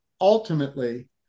ultimately